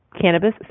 cannabis